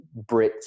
Brits